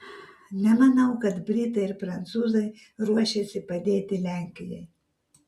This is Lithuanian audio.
nemanau kad britai ir prancūzai ruošiasi padėti lenkijai